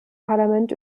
parlament